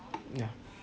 yeah